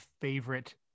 favorite